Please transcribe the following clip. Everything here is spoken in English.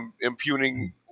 impugning